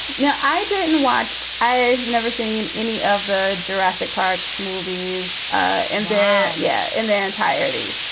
no, i didn't watch. i've never seen any of the jurassic park movies ah in there. yeah. in their entirety.